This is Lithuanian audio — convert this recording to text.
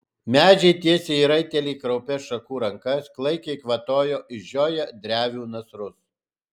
medžiai tiesė į raitelį kraupias šakų rankas klaikiai kvatojo išžioję drevių nasrus